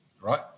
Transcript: right